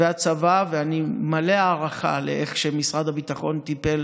והצבא, ואני מלא הערכה לאיך שמשרד הביטחון טיפול